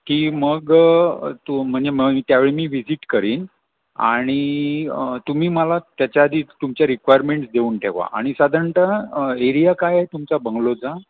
की मग तू म्हणजे मग त्यावेळी मी विजिट करीन आणि तुम्ही मला त्याच्या आधी तुमच्या रिक्वायरमेंट्स देऊन ठेवा आणि साधारणतः एरिया काय तुमचा बंगलोचा